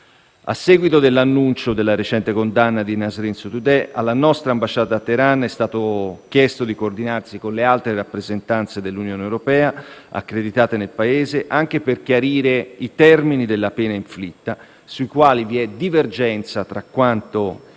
A seguito dell'annuncio della recente condanna di Nasrin Sotoudeh, alla nostra ambasciata a Teheran è stato chiesto di coordinarsi con le altre rappresentanze dell'Unione europea accreditate nel Paese anche per chiarire i termini della pena inflitta, sui quali vi è divergenza tra quanto